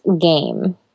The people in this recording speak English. game